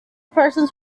persons